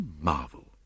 marvel